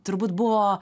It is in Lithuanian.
turbūt buvo